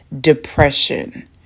depression